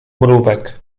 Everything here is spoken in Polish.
mrówek